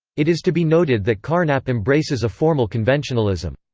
it is to be noted that carnap embraces a formal conventionalism.